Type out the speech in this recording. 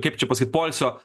kaip čia pasakyt poilsio